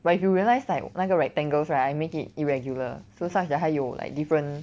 but if you realise like 那个 rectangles right I make it irregular so such that 它有 like different